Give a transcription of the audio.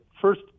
first